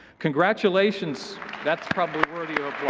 congratulations that's probably worthy of